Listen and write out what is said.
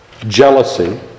Jealousy